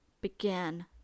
began